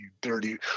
dirty